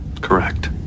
Correct